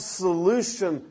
solution